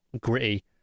gritty